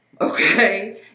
okay